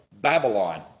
Babylon